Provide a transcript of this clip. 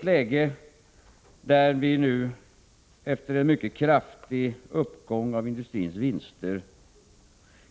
Läget är att vi nu, efter en mycket kraftig uppgång av industrins vinster,